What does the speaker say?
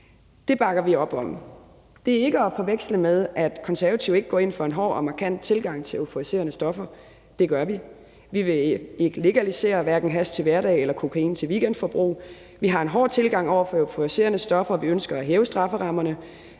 Det bakker vi op om. Det er ikke at forveksle med, at Konservative ikke går ind for en hård og markant tilgang til euforiserende stoffer. Det gør vi. Vi vil ikke legalisere hverken hash til hverdag eller kokain til weekendbrug. Vi har en hård tilgang over for euforiserende stoffer, og vi ønsker at hæve strafferammerne.